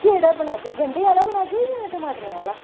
केह्ड़ा बनाह्गे गण्डें आह्ला बनाह्गे जां टमाटरें आह्ला